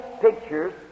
pictures